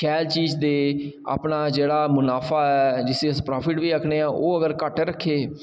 क्या चीज़ ते अपना जेह्ड़ा मुनाफा ऐ जिसी अस प्रॉफिट बी आखने आं ओह् अगर घट्ट ऐ रक्खे दे